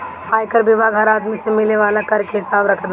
आयकर विभाग हर आदमी से मिले वाला कर के हिसाब रखत बाटे